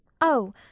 Oh